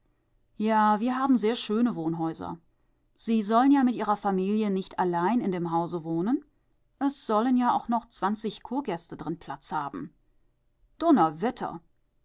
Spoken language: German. ja wir haben schöne wohnhäuser sie sollen ja mit ihrer familie nicht allein in dem hause wohnen es sollen ja auch noch zwanzig kurgäste drin platz haben dunnerwetter